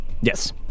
Yes